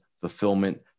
fulfillment